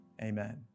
Amen